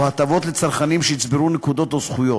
או הטבות לצרכנים שיצברו נקודות או זכויות.